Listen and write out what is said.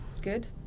good